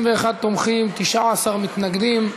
21 תומכים, 19 מתנגדים.